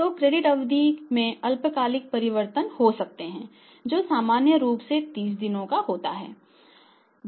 तो क्रेडिट अवधि में अल्पकालिक परिवर्तन हो सकते हैं जो सामान्य रूप से 30 दिनों का होता है